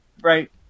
Right